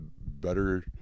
better